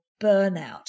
burnout